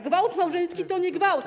Gwałt małżeński to nie gwałt.